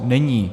Není.